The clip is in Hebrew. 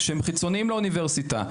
שהם חיצוניים לאוניברסיטה,